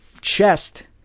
chest